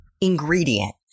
ingredient